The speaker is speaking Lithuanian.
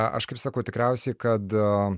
aš kaip sakau tikriausiai kad